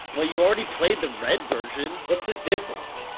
but you already played the red version. what's the difference?